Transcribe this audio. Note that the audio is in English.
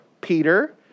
Peter